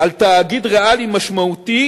על תאגיד ריאלי משמעותי